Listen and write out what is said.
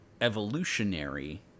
evolutionary